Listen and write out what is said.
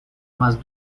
más